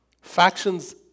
Factions